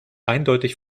eindeutig